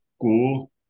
school